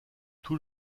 tout